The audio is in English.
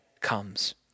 comes